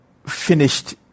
Finished